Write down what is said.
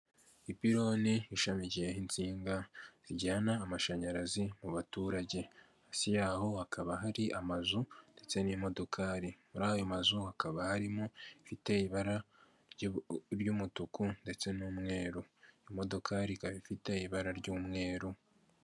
Ipiloni rishamikiyeho insinga zijyana amashanyarazi mu baturage, hasi yaho hakaba hari amazu ndetse n'imodokari muri ayo mazu hakaba harimo ifite ibara ry'umutuku ndetse n'umweru imodoka ikaba ifite ibara ry'umweru.